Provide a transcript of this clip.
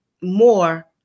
more